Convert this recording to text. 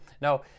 Now